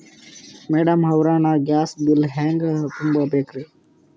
Madam ಅವ್ರ, ನಾ gas bill ಹೆಂಗ ತುಂಬಾ ಬೇಕ್ರಿ?